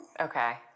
Okay